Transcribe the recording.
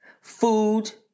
food